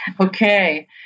Okay